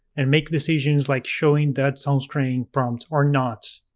and make decisions like showing that so onscreen prompts or not.